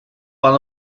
one